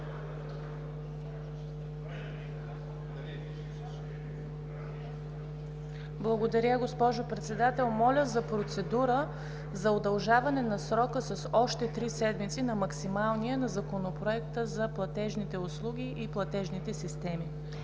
Благодаря, госпожо Председател. Моля за процедура за удължаване на срока с още три седмици, на максималния, на Законопроекта за платежните услуги и платежните системи.